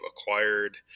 acquired